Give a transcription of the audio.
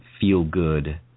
feel-good